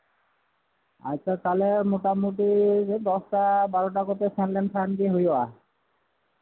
ᱟᱪᱪᱷᱟ ᱛᱟᱦᱚᱞᱮ ᱢᱳᱴᱟᱢᱩᱴᱤ ᱫᱚᱥᱴᱟ ᱵᱟᱨᱚᱴᱟ ᱠᱚᱛᱮ ᱥᱮᱱ ᱞᱮᱱᱠᱷᱟᱱ ᱜᱮ ᱦᱩᱭᱩᱜᱼᱟ